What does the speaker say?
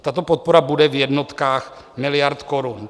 Tato podpora bude v jednotkách miliard korun.